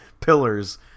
pillars